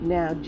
Now